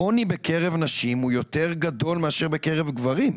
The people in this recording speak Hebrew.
העוני בקרב נשים הוא יותר גדול מאשר בקרב גברים.